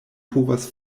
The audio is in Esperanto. povas